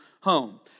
home